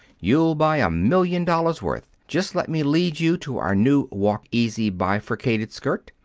you'll buy a million dollars' worth. just let me lead you to our new walk-easy bifurcated skirt.